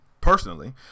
personally